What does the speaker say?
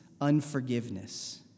Unforgiveness